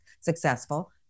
successful